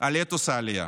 על אתוס העלייה,